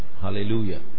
Hallelujah